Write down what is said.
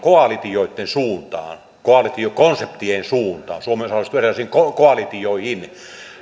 koalitioitten suuntaan koalitiokonseptien suuntaan suomi osallistuu erilaisiin koalitioihin